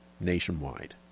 nationwide